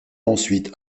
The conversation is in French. ensuite